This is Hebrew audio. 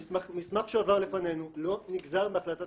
המסמך שעבר לפנינו לא נגזר מהחלטת